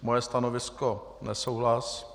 Moje stanovisko nesouhlas.